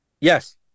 Yes